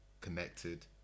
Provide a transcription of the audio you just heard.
connected